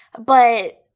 but,